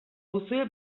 duzue